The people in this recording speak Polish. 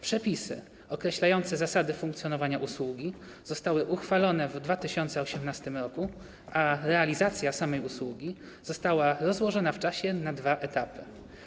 Przepisy określające zasady funkcjonowania usługi zostały uchwalone w 2018 r., a realizacja samej usługi została rozłożona w czasie na dwa etapy.